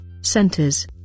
centers